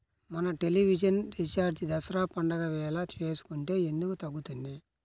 మన television recharge Dasara పండగ వేళ వేసుకుంటే ఎందుకు తగ్గుతుంది?